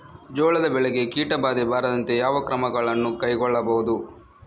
ಜೋಳದ ಬೆಳೆಗೆ ಕೀಟಬಾಧೆ ಬಾರದಂತೆ ಯಾವ ಕ್ರಮಗಳನ್ನು ಕೈಗೊಳ್ಳಬಹುದು?